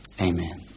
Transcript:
Amen